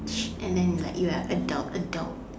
and then you like adult adult